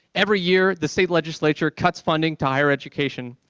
every year, the state legislature cuts funding to higher education.